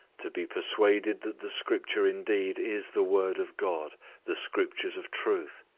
to be persuaded that the scripture indeed is the word of god the scriptures of truth,